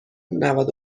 نود